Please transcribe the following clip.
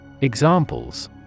Examples